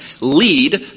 lead